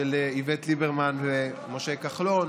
של איווט ליברמן ומשה כחלון,